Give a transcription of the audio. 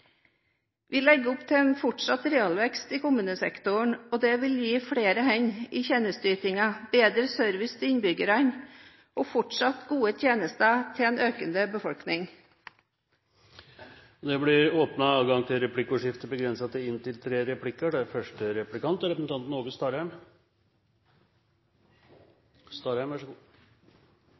Vi legger opp til en fortsatt realvekst i kommunesektoren, og det vil gi flere hender i tjenesteytingen, bedre service til innbyggerne og fortsatt gode tjenester til en økende befolkning. Det blir